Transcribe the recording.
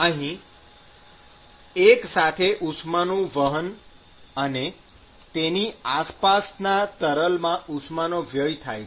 અહી એક સાથે ઉષ્માનું વહન અને તેની આસપાસના તરલમાં ઉષ્માનો વ્યય થાય છે